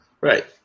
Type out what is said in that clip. Right